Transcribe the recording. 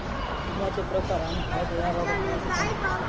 विम्याचे प्रकार आणि फायदे याबाबत माहिती सांगा